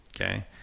okay